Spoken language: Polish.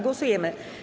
Głosujemy.